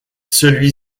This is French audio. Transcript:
celui